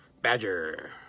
badger